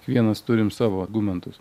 kiekvienas turim savo argumentus